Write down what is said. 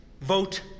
vote